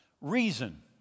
reason